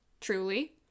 truly